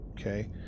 Okay